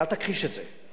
אל תכחיש את זה.